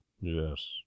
Yes